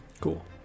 Cool